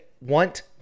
want